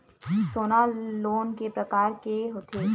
सोना लोन के प्रकार के होथे?